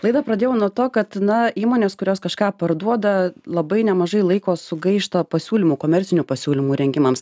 laidą pradėjau nuo to kad na įmonės kurios kažką parduoda labai nemažai laiko sugaišta pasiūlymų komercinių pasiūlymų rengimams